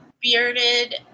bearded